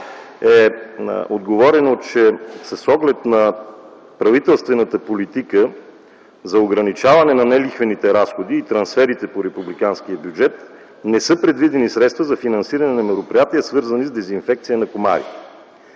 е отговорено, че с оглед на правителствената политика за ограничаване на нелихвените разходи и трансферите на републиканския бюджет не са предвидени средства за финансиране на мероприятия, свързани с дезинфекция на комари,